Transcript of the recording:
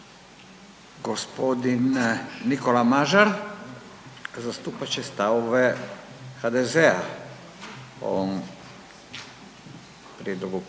Gospodin Nikola Mažar zastupat će stavove HDZ-a o ovom prijedlogu promjene